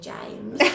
James